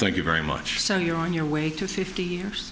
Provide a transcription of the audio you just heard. thank you very much so you're on your way to fifty years